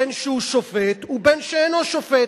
בין שהוא שופט ובין שאינו שופט,